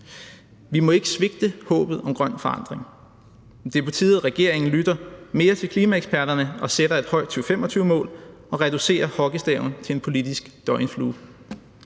Vi må ikke svigte håbet om grøn forandring. Det er på tide, at regeringen lytter mere til klimaeksperterne og sætter et højt 2025-mål og reducerer hockeystaven til en politisk døgnflue.